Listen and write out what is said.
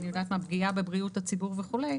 פגיעה בבריאות הציבור וכולי,